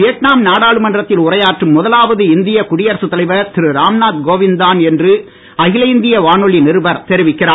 Vietnam நாடாளுமன்றத்தில் உரையாற்றும் முதலாவது இந்திய குடியரசு தலைவர் திரு ராம்நாத் கோவிந்த் தான் என்று அகில இந்திய வானொலி நிருபர் தெரிவிக்கிறார்